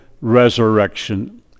resurrection